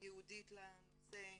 ייעודית לנושא,